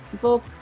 book